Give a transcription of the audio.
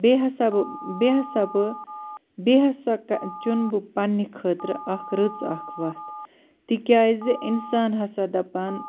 بیٚیہِ ہسا بہٕ بیٚیہِ ہسا بہٕ بیٚیہِ ہسا کرٕ چُنہٕ بہٕ پَنٕنہِ خٲطرٕ اَکھ رٕژ اَکھ وَتھ تِکیٛازِ اِنسان ہسا دَپان